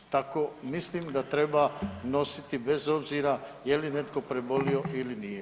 Tako mislim da treba nositi bez obzira je li netko prebolio ili nije.